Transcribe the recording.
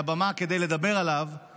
הבן אדם לא יכול לנהל דוכן פלאפל.